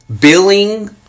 billing